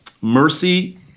Mercy